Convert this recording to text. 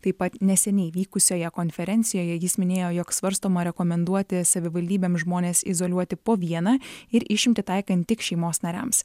taip pat neseniai vykusioje konferencijoje jis minėjo jog svarstoma rekomenduoti savivaldybėm žmones izoliuoti po vieną ir išimtį taikant tik šeimos nariams